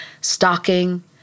stalking